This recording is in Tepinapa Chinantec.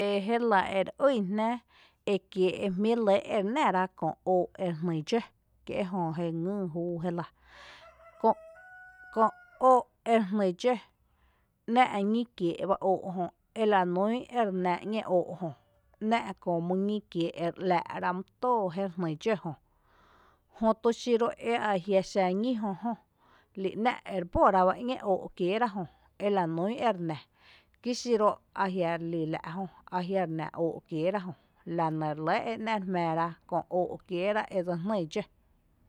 E Jélⱥ e re ýn jnⱥ ekiee’ e jmí’ re lɇ ere nⱥ rá köö óo’ ere jnï dxǿ kí ejö e ngyy júu je lⱥ köö óo’ ere jnï dxǿ ‘nⱥⱥ’ ñí kiée’ bá óo’ jö ela nún ere nⱥ ´ñee óo’ jö, ‘nⱥⱥ’ köö mýñí kiee’ ere ‘lⱥⱥ’ rá my tóo jéri jnï dxǿ jö, jötu xiro a jia’ xⱥ ñí jö jó li ‘nⱥⱥ’ ere bóra bá ´ñee óó’ kiéera jö ela nún ere nⱥ kí xiru a jia’ relí la’ jö a jia’ re nⱥ óó’ kieera jö, la nɇ re lɇ ‘nⱥⱥ’ re jmⱥⱥ ra köö óó’ kiéera e dse jnï dxǿ.